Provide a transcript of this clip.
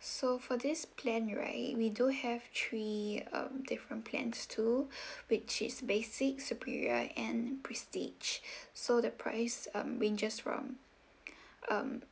so for this plan right we do have three um different plans too which is basic superior and prestige so the price um ranges from um